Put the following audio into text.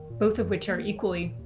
both of which are equally,